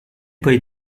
poi